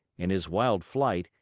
in his wild flight,